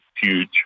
huge